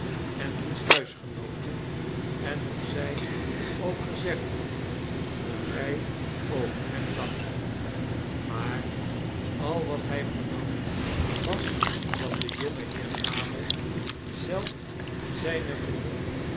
en diens huisgenooten en of zij ook gezegd hadden hoe zij over hem dachten maar al wat hij vernam was dat dejongeheer abel zelf zijne moeder